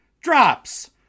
Drops